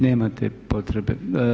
Nemate potrebe.